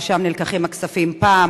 ומשם נלקחים הכספים פעם